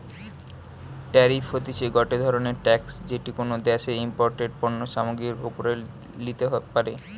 tariff হতিছে গটে ধরণের ট্যাক্স যেটি কোনো দ্যাশে ইমপোর্টেড পণ্য সামগ্রীর ওপরে লিতে পারে